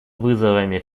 вызовами